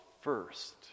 first